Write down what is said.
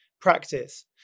practice